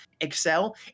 excel